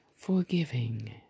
forgiving